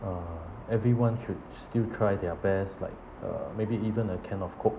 uh everyone should still try their best like uh maybe even a can of coke